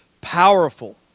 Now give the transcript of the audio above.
powerful